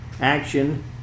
action